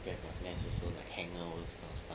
then there's also the hangar all those kind of stuff